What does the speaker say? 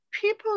people